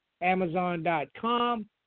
Amazon.com